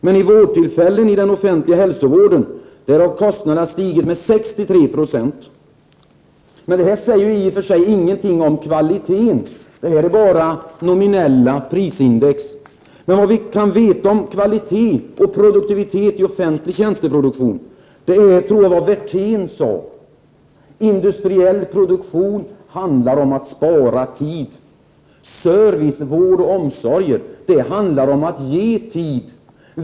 Men för vårdtillfällen i den offentliga hälsovården har kostnaden stigit med 63 20. Det här säger i och för sig ingenting om kvaliteten. Detta är bara nominella prisindex. Det vi kan veta om kvalitet och produktivitet i offentlig tjänsteproduktion är det som jag tror att Hans Werthén sade: Industriell produktion handlar om att spara tid. Service, vård och omsorg handlar om att ge tid.